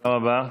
תודה רבה.